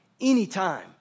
Anytime